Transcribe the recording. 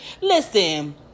listen